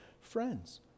friends